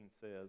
says